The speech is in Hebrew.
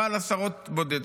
אבל עשרות בודדות.